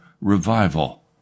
revival